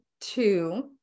two